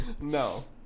No